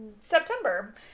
September